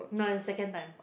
no the second time